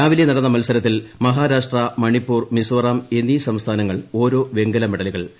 രാവിലെ നടന്ന മത്സ്ർത്തിൽ മഹാരാഷ്ട്ര മണിപ്പൂർ മിസോറാം എന്നീ സംസ്ഥാനങ്ങൾ ഓരോ വെങ്കല മെഡലുകൾ നേടി